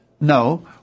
No